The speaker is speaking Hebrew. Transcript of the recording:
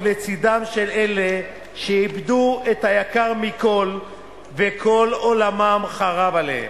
לצדם של אלה שאיבדו את היקר מכול וכל עולמם חרב עליהם,